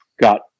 got